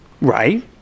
Right